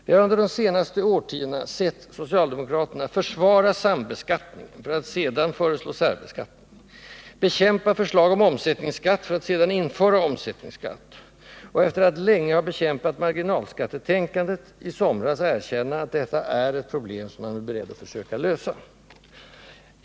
Vi har under de senaste årtiondena sett socialdemokraterna försvara sambeskattning för att sedan föreslå särbeskattning, bekämpa förslag om omsättningsskatt för att 41 sedan införa omsättningsskatt och, efter att länge ha bekämpat marginalskattetänkandet, i somras erkänna att detta är ett problem som man är beredd att försöka lösa.